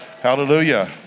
Hallelujah